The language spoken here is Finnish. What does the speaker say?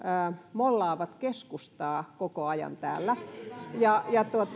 mollaavat keskustaa koko ajan täällä